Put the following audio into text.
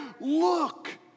look